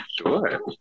sure